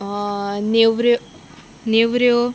नेवऱ्यो नेवऱ्यो